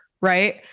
right